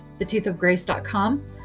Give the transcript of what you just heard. theteethofgrace.com